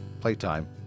Playtime